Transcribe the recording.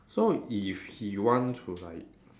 so if he want to like